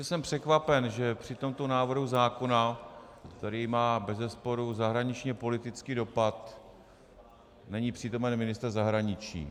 Jsem překvapen, že při tomto návrhu zákona, který má bezesporu zahraničněpolitický dopad, není přítomen ministr zahraničí.